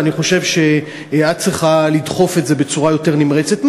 ואני חושב שאת צריכה לדחוף את זה בצורה יותר נמרצת.